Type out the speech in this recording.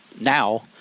now